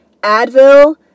advil